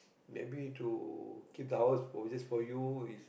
maybe to keep the house possess for you is